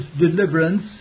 deliverance